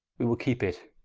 we will keepe it,